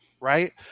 Right